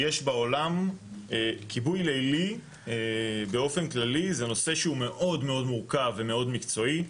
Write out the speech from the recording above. יש בעולם כיבוי לילי באופן כללי זה נושא שהוא מאוד מורכב ומאוד מקצועי,